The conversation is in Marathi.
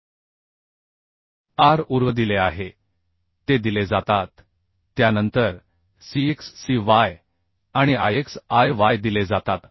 R uR v दिले आहे ते दिले जातात त्यानंतर Cx Cy आणि Ix Iy दिले जातात